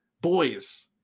boys